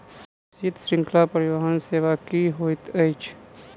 शीत श्रृंखला परिवहन सेवा की होइत अछि?